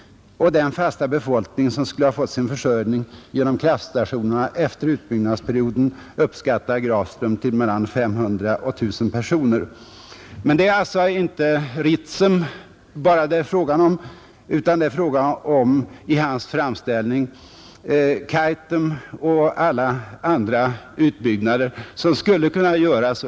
Och den fasta befolkning som skulle ha fått sin försörjning genom kraftstationerna efter utbyggnadsperioden uppskattar Grafström till mellan 500 och 1 000 personer. Det är alltså inte bara Ritsem det är fråga om, utan i hans framställning är det också fråga om Kaitum och alla andra utbyggnader som skulle kunna göras.